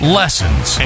lessons